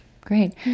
great